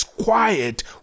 quiet